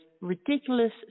ridiculous